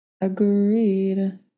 Agreed